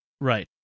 Right